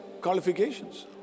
qualifications